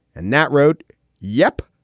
and that wrote yep,